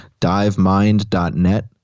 divemind.net